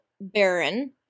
baron